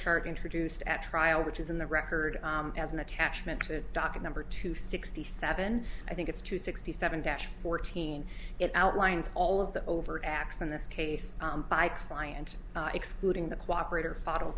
charge introduced at trial which is in the record as an attachment to docket number two sixty seven i think it's two sixty seven dash fourteen it outlines all of the overt acts in this case by client excluding the cooperate or